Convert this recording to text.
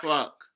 Fuck